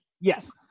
Yes